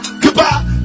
Goodbye